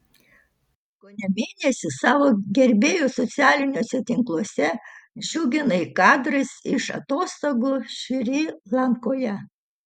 kone mėnesį savo gerbėjus socialiniuose tinkluose džiuginai kadrais iš atostogų šri lankoje